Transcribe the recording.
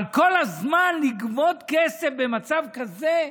אבל כל הזמן לגבות כסף במצב כזה?